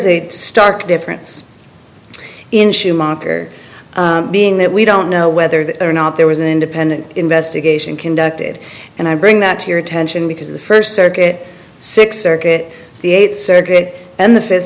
a stark difference in schumacher being that we don't know whether that or not there was an independent investigation conducted and i bring that to your attention because the first circuit six circuit the eighth circuit and the fifth